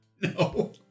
No